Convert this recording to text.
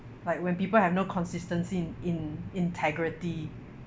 like when people have no consistency in in integrity